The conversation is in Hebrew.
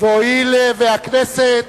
והואיל והכנסת